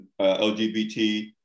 LGBT